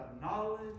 knowledge